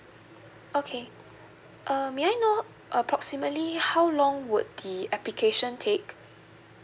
okay uh may I know approximately how long would the application take